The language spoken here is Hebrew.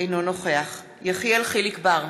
אינו נוכח יחיאל חיליק בר,